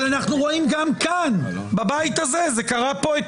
אבל אנחנו רואים גם בבית הזה, אתמול,